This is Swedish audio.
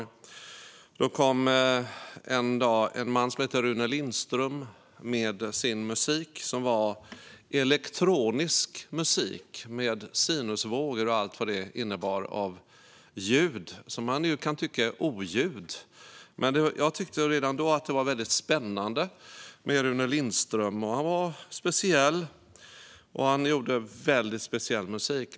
En dag kom en man som hette Rune Lindblad med sin musik, som var elektronisk musik med sinusvågor och allt vad det innebär av ljud som man kan tycka är oljud. Men jag tyckte redan då att Rune Lindblad var spännande. Han var speciell, och han gjorde väldigt speciell musik.